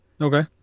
Okay